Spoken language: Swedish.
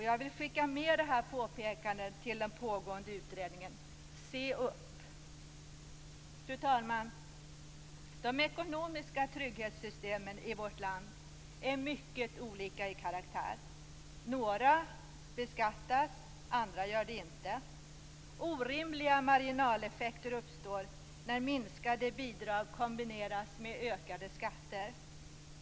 Jag vill skicka med det här påpekandet till den pågående utredningen: Se upp! Fru talman! De ekonomiska trygghetssystemen i vårt land är mycket olika i karaktär. Några beskattas, andra inte. Orimliga marginaleffekter uppstår när minskade bidrag kombineras med ökade skatter.